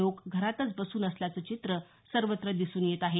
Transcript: लोक घरातच बसून असल्याचं चित्र सर्वत्र दिसून येत आहे